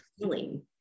feeling